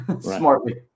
smartly